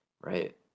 right